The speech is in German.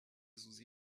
susi